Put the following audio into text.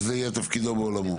זה יהיה תפקידו ועולמו.